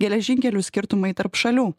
geležinkelių skirtumai tarp šalių